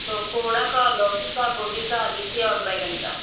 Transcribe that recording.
तो कोहरा का लौकी का गोभी का लिखिए और बैंगन का